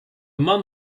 man